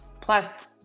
plus